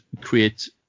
create